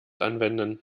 anwenden